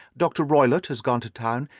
dr. roylott has gone to town,